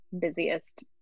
busiest